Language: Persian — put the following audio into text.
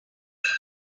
کیف